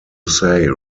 say